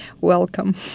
welcome